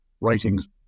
writings